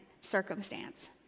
circumstance